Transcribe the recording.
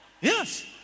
Yes